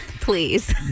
Please